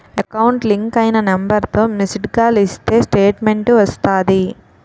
account link అయిన నెంబర్తో missed call ఇస్తే స్టేట్మెంటు వస్తాది